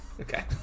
okay